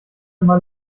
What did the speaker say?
immer